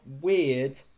weird